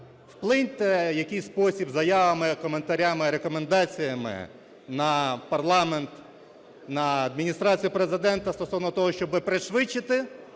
вплиньте в якийсь спосіб - заявами, коментарями, рекомендаціями - на парламент, на Адміністрацію Президента стосовно того, щоб пришвидшити